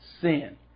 sin